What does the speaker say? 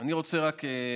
אני רוצה רק,